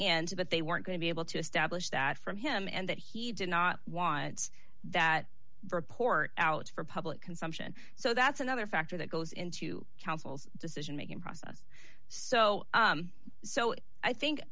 that they weren't going to be able to establish that from him and that he did not want that report out for public consumption so that's another factor that goes into council's decision making process so so i think